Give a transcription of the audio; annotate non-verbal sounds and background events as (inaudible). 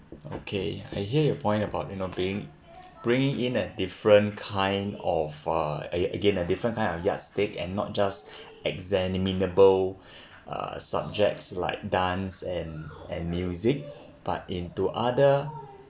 okay I hear your point about you know paying bringing in a different kind of uh a~ again a different kind of yardstick and not just examinable (breath) subjects like dance and and music but into other